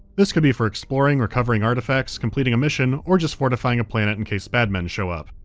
this could be for exploring, recovering artifacts, completing a mission, or just fortifying a planet in case bad men show up.